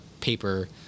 paper